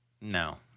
No